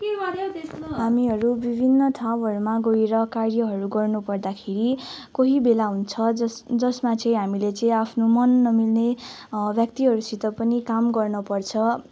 हामीहरू विभिन्न ठाउँहरूमा गएर कार्यहरू गर्नु पर्दाखेरि कोही बेला हुन्छ जस जसमा चाहिँ हामीले चाहिँ आफ्नो मन नमिल्ने व्यक्तिहरूसित पनि काम गर्न पर्छ